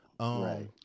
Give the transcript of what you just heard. Right